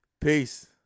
peace